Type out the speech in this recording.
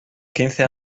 quince